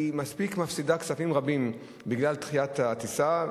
מספיק שהיא מפסידה כספים רבים בגלל דחיית הטיסה.